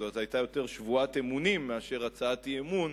זאת היתה יותר שבועת אמונים מאשר הצעת אי-אמון,